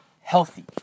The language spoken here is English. healthy